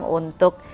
untuk